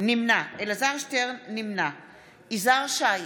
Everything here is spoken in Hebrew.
נמנע יזהר שי,